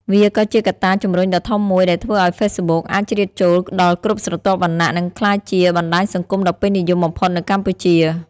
វាក៏ជាកត្តាជំរុញដ៏ធំមួយដែលធ្វើឱ្យហ្វេសប៊ុកអាចជ្រៀតចូលដល់គ្រប់ស្រទាប់វណ្ណៈ និងក្លាយជាបណ្តាញសង្គមដ៏ពេញនិយមបំផុតនៅកម្ពុជា។